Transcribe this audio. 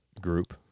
group